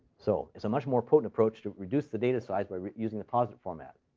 so it's a much more potent approach to reduce the data size by using the posit format.